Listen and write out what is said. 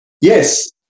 yes